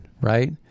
right